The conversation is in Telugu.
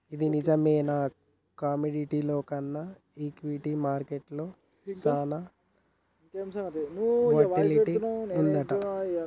ఇది నిజమేనా కమోడిటీల్లో కన్నా ఈక్విటీ మార్కెట్లో సాన వోల్టాలిటీ వుంటదంటగా